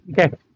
Okay